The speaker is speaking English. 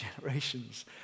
generations